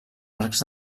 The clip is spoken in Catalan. arcs